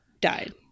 died